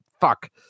fuck